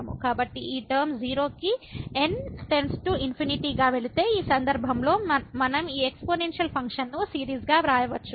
కాబట్టి ఈ టర్మ 0 కి n→∞ గా వెళితే ఈ సందర్భంలో మనం ఈ ఎక్స్పోనెన్షియల్ ఫంక్షన్ను సిరీస్గా వ్రాయవచ్చు